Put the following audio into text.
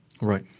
Right